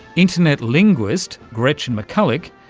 internet linguist gretchen mcculloch,